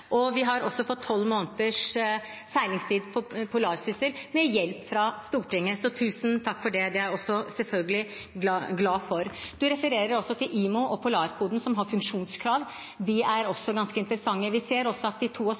Vi har også fått 12 måneders seilingstid på MS «Polarsyssel» med hjelp fra Stortinget, så tusen takk for det. Det er vi selvfølgelig glad for. Representanten refererer også til IMO og polarkoden som har funksjonskrav. De er også ganske interessante. Vi ser også at de